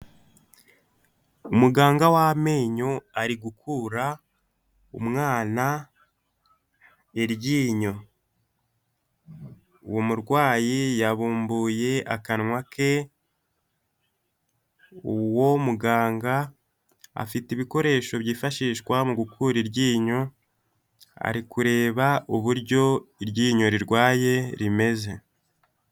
Umuganga w'amenyo ari gukura umwana iryinyo. Uwo murwayi yabumbuye akanwa ke uwo muganga afite ibikoresho byifashishwa mu gukura iryinyo, ari kureba uburyo iryinyo rirwaye rimeze.